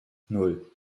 nan